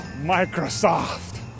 Microsoft